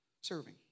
Serving